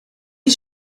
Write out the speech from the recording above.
die